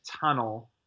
tunnel